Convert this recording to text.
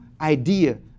idea